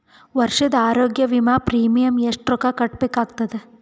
ವರ್ಷದ ಆರೋಗ್ಯ ವಿಮಾ ಪ್ರೀಮಿಯಂ ಎಷ್ಟ ರೊಕ್ಕ ಕಟ್ಟಬೇಕಾಗತದ?